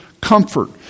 comfort